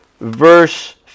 verse